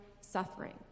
suffering